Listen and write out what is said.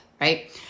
right